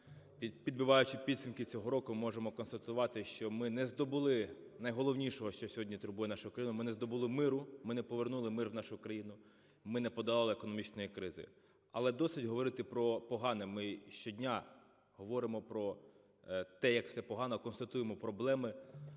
підбиваючи підсумки цього року, ми можемо констатувати, що ми не здобули найголовнішого, що сьогодні турбує нашу Україну, – ми не здобули миру, ми не повернули мир у нашу країну і ми не подолали економічної кризи. Але досить говорити про погане, ми щодня говоримо про те, як все погано, констатуємо проблеми.